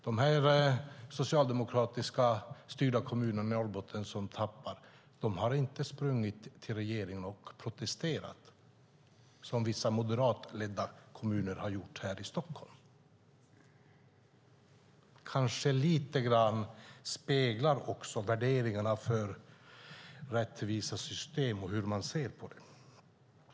De socialdemokratiskt styrda kommunerna i Norrbotten som tappar har inte sprungit till regeringen och protesterat, som vissa moderatledda kommuner har gjort här i Stockholm. Det kanske speglar värderingarna lite grann när det gäller rättvisa system och hur man ser på det.